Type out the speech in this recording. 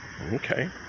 Okay